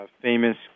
famous